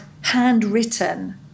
handwritten